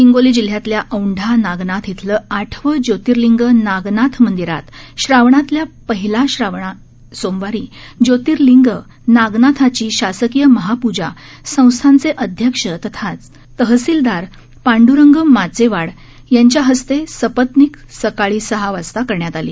हिंगोली जिल्ह्यातल्या औंढा नागनाथ इथलं आठवं ज्योतिर्लिंग नागनाथ मंदिरात श्रावणातील पहिला श्रावण सोमवारी ज्योतिर्लिंग नागनाथाची शासकीय महापूजा संस्थानचे अध्यक्ष तथा तहसीलदार पांड्रंग माचेवाड यांच्या हस्ते सपत्नीक सकाळी सहा वाजता करण्यात आली